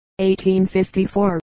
1854